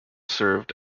served